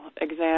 exam